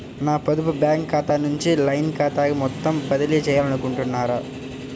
నా పొదుపు బ్యాంకు ఖాతా నుంచి లైన్ ఖాతాకు మొత్తం బదిలీ చేయాలనుకుంటున్నారా?